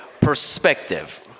perspective